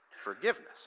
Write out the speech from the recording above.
forgiveness